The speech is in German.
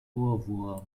ohrwurm